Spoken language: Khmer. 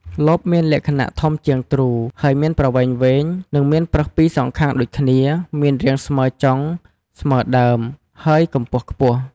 លបមានលក្ខណៈធំជាងទ្រូ ហើយមានប្រវែងវែងនិងមានប្រឹសពីរសងខាងដូចគ្នាមានរាងស្មើចុងស្មើដើមហើយកម្ពស់ខ្ពស់។